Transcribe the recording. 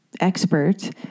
expert